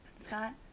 Scott